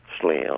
Slim